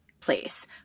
place